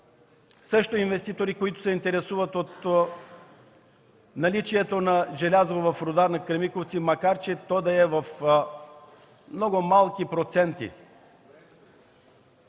има инвеститори, които се интересуват от наличието на желязо в рудата на „Кремиковци”, макар то да е в много малки проценти.